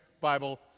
Bible